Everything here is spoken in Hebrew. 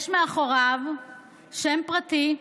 יש מאחוריו שם פרטי,